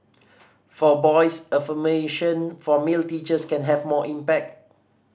for boys affirmation from male teachers can have more impact